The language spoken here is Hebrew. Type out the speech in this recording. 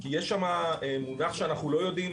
כי יש שם מונח שאנחנו לא יודעים